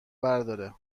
برداره